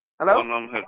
Hello